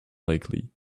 likely